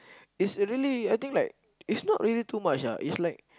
is really I think like it's not really too much ah is like